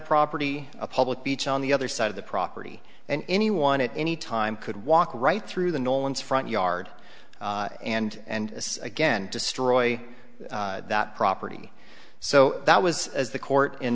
property a public beach on the other side of the property and anyone at any time could walk right through the nolan's front yard and and again destroy that property so that was as the court in